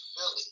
Philly